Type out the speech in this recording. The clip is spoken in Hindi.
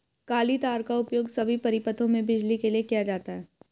काली तार का उपयोग सभी परिपथों में बिजली के लिए किया जाता है